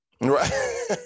Right